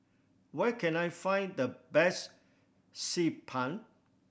where can I find the best Xi Ban